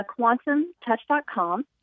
quantumtouch.com